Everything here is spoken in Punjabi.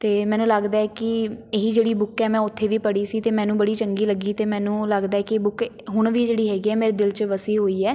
ਅਤੇ ਮੈਨੂੰ ਲੱਗਦਾ ਹੈ ਕਿ ਇਹ ਜਿਹੜੀ ਬੁੱਕ ਆ ਮੈਂ ਉੱਥੇ ਵੀ ਪੜ੍ਹੀ ਸੀ ਅਤੇ ਮੈਨੂੰ ਬੜੀ ਚੰਗੀ ਲੱਗੀ ਅਤੇ ਮੈਨੂੰ ਲੱਗਦਾ ਕਿ ਇਹ ਬੁੱਕ ਹੁਣ ਵੀ ਜਿਹੜੀ ਹੈਗੀ ਹੈ ਮੇਰੇ ਦਿਲ 'ਚ ਵਸੀ ਹੋਈ ਹੈ